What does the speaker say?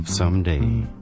Someday